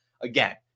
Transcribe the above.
again